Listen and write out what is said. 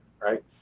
right